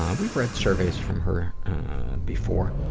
um we've read surveys from her before.